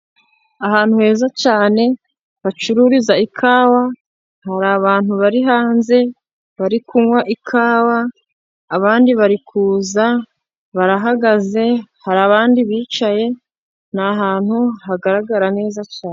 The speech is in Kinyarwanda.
Ahantu heza cyane, hacururiza ikawa, hari abantu bari hanze bari kunywa ikawa, abandi bari kuza, barahagaze, hari abandi bicaye, ni ahantu hagaragara neza cyane.